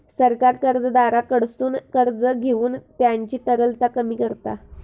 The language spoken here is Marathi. सरकार कर्जदाराकडसून कर्ज घेऊन त्यांची तरलता कमी करता